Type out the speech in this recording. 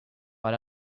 but